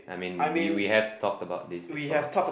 I mean we we have talked about this before